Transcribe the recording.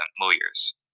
lawyers